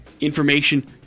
information